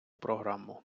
програму